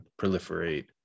proliferate